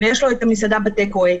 יש לו מסעדה בטייק אוויי,